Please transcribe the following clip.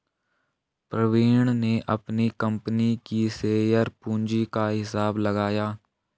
प्रवीण ने अपनी कंपनी की शेयर पूंजी का हिसाब लगाया